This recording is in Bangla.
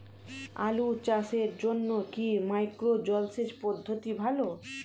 আলু চাষের জন্য কি মাইক্রো জলসেচ পদ্ধতি ভালো?